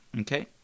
okay